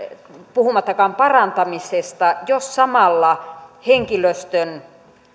puhumattakaan parantamisesta jos samalla henkilöstön